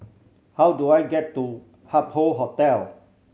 how do I get to Hup Hoe Hotel